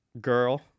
Girl